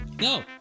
no